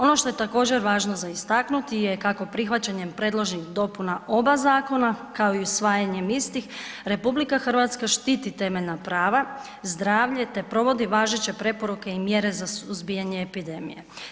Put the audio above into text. Ono što je također važno za istaknuti je kako prihvaćanjem predloženih dopuna oba zakona, kao i usvajanjem istih RH štiti temeljna prava, zdravlje te provodi važeće preporuke i mjere za suzbijanje epidemije.